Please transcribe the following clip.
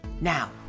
Now